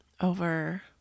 over